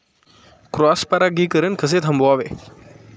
Cross परागीकरण कसे थांबवावे?